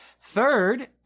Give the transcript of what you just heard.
Third